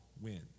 win